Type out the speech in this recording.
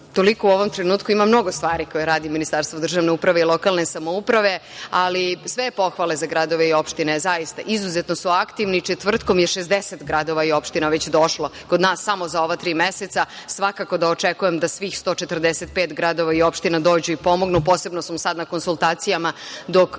ulica. Toliko u ovom trenutku. Ima mnogo stvari koje radi Ministarstvo državne uprave i lokalne samouprave, ali sve pohvale za gradove i opštine, zaista, izuzetno su aktivni, četvrtkom je 60 gradova i opština već došlo kod nas, samo za ova tri meseca. Svakako da očekujem da svih 145 gradova i opština dođu i pomognu. Posebno sam sad na konsultacijama dok